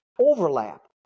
overlap